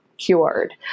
Cured